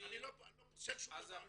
אני לא פוסל שום דבר.